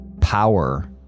power